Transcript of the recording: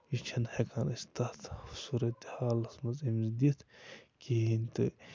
یہِ چھِنہٕ ہٮ۪کان أسۍ تَتھ صوٗرَتہِ حالَس منٛز أمِس دِتھ کِہیٖنۍ تہٕ